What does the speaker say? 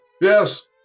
yes